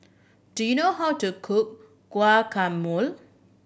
do you know how to cook Guacamole